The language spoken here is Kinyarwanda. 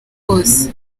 bose